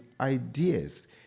ideas